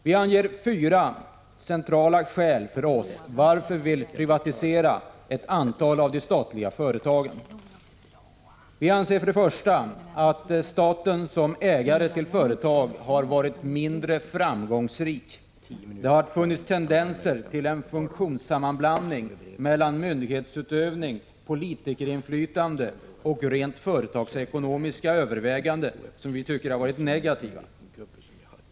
Vi har angivit fyra för oss centrala skäl till att vi vill privatisera ett antal statliga företag. Vi anser för det första att staten som ägare till företag har varit mindre framgångsrik. Det har funnits tendenser till en funktionssammanblandning mellan myndighetsutövande, politikerinflytande och rent företagsekonomiska överväganden, som vi tycker har varit negativa.